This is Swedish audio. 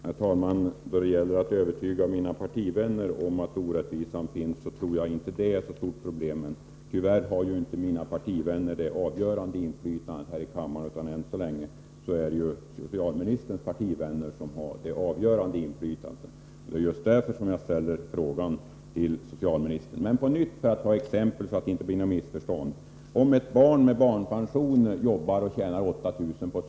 Herr talman! Att övertyga mina partivänner om att orättvisan finns tror jag inte är ett så stort problem. Men tyvärr har inte mina partivänner det avgörande inflytandet här i kammaren, utan än så länge är det socialministerns partivänner som har detta inflytande. Det är just därför som jag ställer frågan till socialministern. För att på nytt ta ett exempel, så att det inte skall bli några missförstånd: Om ett barn med barnpension jobbar under sommaren och tjänar 8 000 kr.